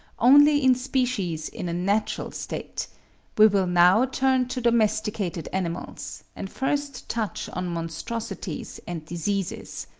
only in species in a natural state we will now turn to domesticated animals, and first touch on monstrosities and diseases.